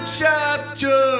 chapter